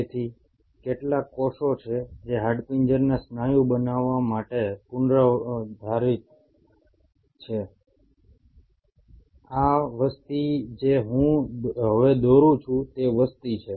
તેથી કેટલાક કોષો છે જે હાડપિંજરના સ્નાયુ બનવા માટે પૂર્વનિર્ધારિત છે આ વસ્તી જે હું હવે દોરું છું તે વસ્તી છે